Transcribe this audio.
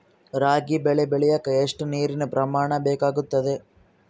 ರಾಗಿ ಬೆಳೆ ಬೆಳೆಯೋಕೆ ಎಷ್ಟು ನೇರಿನ ಪ್ರಮಾಣ ಬೇಕಾಗುತ್ತದೆ?